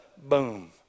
boom